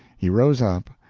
he rose up,